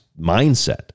mindset